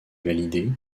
validée